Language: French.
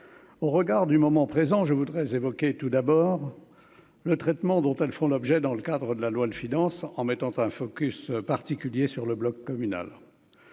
au regard du moment présent, je voudrais évoquer tout d'abord le traitement dont elles font l'objet dans le cadre de la loi de finance en mettant un focus particulier sur le bloc communal,